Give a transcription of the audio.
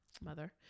mother